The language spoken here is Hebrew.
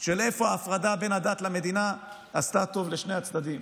של איפה ההפרדה בין הדת למדינה עשתה טוב לשני הצדדים.